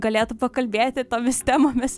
galėtų pakalbėti tomis temomis